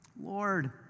Lord